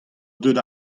deuet